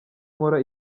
nkora